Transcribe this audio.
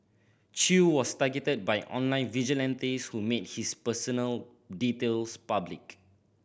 Chew was targeted by online vigilantes who made his personal details public